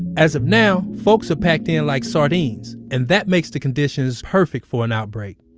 as of now, folks are packed in like sardines and that makes the conditions perfect for an outbreak